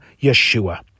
Yeshua